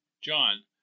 John